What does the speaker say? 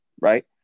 Right